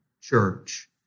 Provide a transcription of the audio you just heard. church